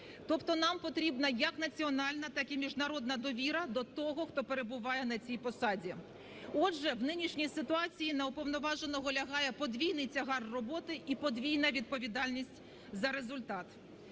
Тобто нам потрібна як національна, так і міжнародна довіра до того, хто перебуває на цій посаді. Отже, в нинішній ситуації на Уповноваженого лягає подвійний тягар роботи і подвійна відповідальність за результат.